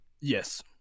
Yes